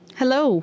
hello